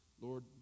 Lord